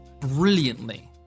brilliantly